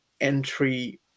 entry